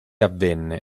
avvenne